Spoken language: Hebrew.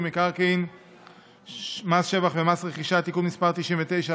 מקרקעין (שבח ורכישה) (תיקון מס' 99),